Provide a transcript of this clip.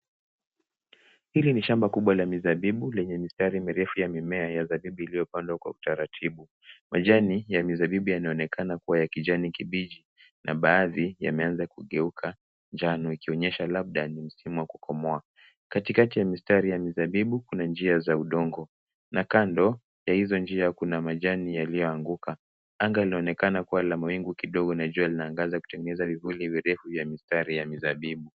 Hili ni shamba kubwa la mizabibu lenye mistari mirefu ya mimea ya mizabibu iliyopandwa kwa utaratibu. Majani ya mizabibu yanaonekana kuwa ya kijani kibichi na baadhi yameanza kugeuka njano ikionyesha labda ni msimu wa kukomaa. Katikati ya mistari ya mizabibu kuna njia za udongo na kando ya hizo mistari kuna majani yaliyoanguka. Anga linaonekana kuwa la mawingu kidogo na jua linaangaza kutengeneza vivuli virefu vya mistari ya mizabibu.